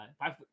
five